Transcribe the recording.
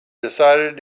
decided